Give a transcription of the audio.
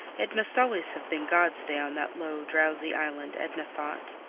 it must always have been god's day on that low, drowsy island, edna thought.